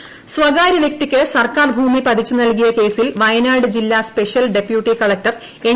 suspend ചെയ്തു സ്വകാര്യ വ്യക്തിക്ക് സർക്കാർ ഭൂമി പതിച്ചു നൽകിയ കേസിൽ വയനാട് ജില്ല സ്പെഷ്യൽ ഡെപ്യൂട്ടി കളക്ടർ എൻ